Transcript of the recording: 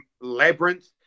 Labyrinth